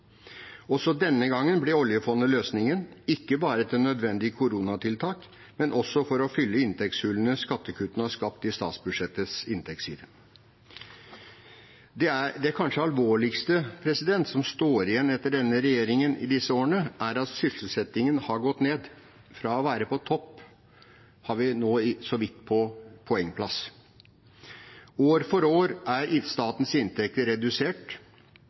Også denne gangen ble oljefondet løsningen, ikke bare til nødvendige koronatiltak, men også for å fylle inntektshullene skattekuttene har skapt i statsbudsjettets inntektsside. Det kanskje alvorligste som står igjen etter denne regjeringen i disse årene, er at sysselsettingen har gått ned. Fra å være på topp er vi nå så vidt på poengplass. År for år er statens inntekter redusert,